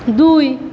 দুই